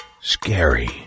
scary